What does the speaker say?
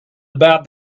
about